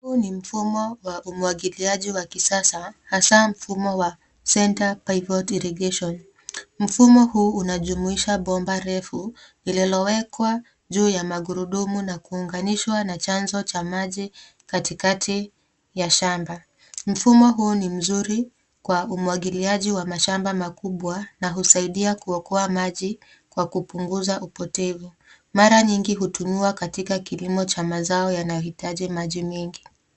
Huu ni mfumo wa umwagiliaji wa kisasa hasa mfumo wa Centre pivot Irrigation . Mfumo huu unajumuisha bomba refu lililowekwa juu ya magurudumu na kuunganishwa na chanzo cha maji katikati ya shamba. Mfumo huu ni mzuri kwa umwagiliaji wa mashamba makubwa. Mara nyingi hutumiwa katika kilimo cha mazao yanayohitaji maji mengi.